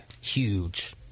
huge